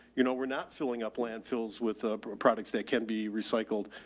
you know, we're not filling up landfills with the products that can be recycled.